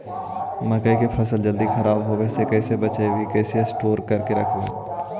मकइ के फ़सल के जल्दी खराब होबे से कैसे बचइबै कैसे स्टोर करके रखबै?